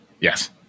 Yes